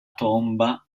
tomba